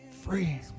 Free